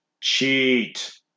cheat